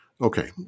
Okay